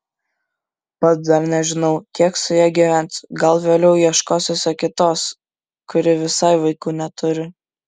pats dar nežinau kiek su ja gyvensiu gal vėliau ieškosiuosi kitos kuri visai vaikų neturi